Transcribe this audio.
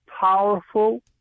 powerful